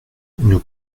nous